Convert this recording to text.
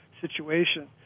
situation